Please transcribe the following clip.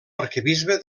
arquebisbe